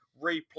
replay